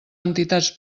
entitats